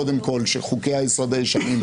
קודם כול שחוקי היסוד הישנים,